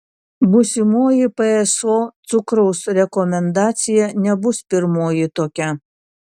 būsimoji pso cukraus rekomendacija nebus pirmoji tokia